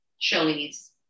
chilies